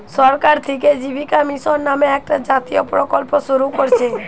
সরকার থিকে জীবিকা মিশন নামে একটা জাতীয় প্রকল্প শুরু কোরছে